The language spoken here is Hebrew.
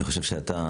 אני חושב שאתה